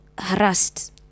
harassed